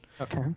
Okay